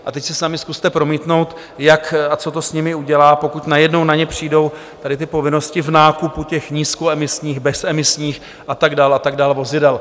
A teď si sami zkuste promítnout, jak a co to s nimi udělá, pokud najednou na ně přijdou tyto povinnosti v nákupu nízkoemisních, bezemisních a tak dále a tak dále vozidel.